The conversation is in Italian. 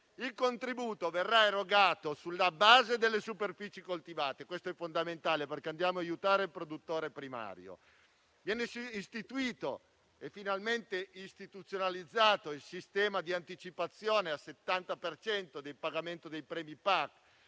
Il contributo verrà erogato sulla base delle superfici coltivate. Questo è fondamentale perché andiamo ad aiutare il produttore primario. Viene istituito e finalmente istituzionalizzato il sistema di anticipazione al 70 per cento del pagamento dei premi PAC